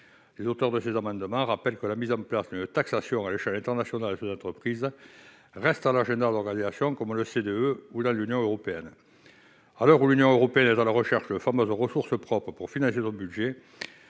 Les auteurs de cet amendement rappellent que la mise en place d'une taxation à l'échelle internationale de ces entreprises reste à l'agenda d'organisations comme l'OCDE ou l'Union européenne. À l'heure où l'Union européenne est justement à la recherche de ressources propres, l'innovation fiscale